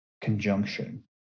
conjunction